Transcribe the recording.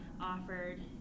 offered